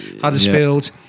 Huddersfield